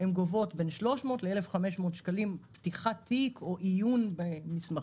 הן גובות בין 300 ל-1,500 שקלים עבור פתיחת תיק או עיון במסמכים,